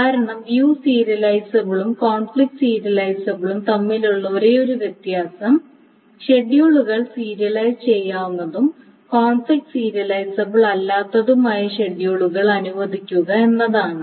കാരണം വ്യൂ സീരിയലൈസബിളും കോൺഫ്ലിക്റ്റ് സീരിയലൈസബിളും തമ്മിലുള്ള ഒരേയൊരു വ്യത്യാസം ഷെഡ്യൂളുകൾ സീരിയലൈസ് ചെയ്യാവുന്നതും കോൺഫ്ലിക്റ്റ് സീരിയലൈസബിൾ അല്ലാത്തതുമായ ഷെഡ്യൂളുകൾ അനുവദിക്കുക എന്നതാണ്